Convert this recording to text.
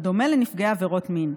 בדומה לנפגעי עבירות מין.